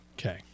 Okay